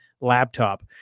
laptop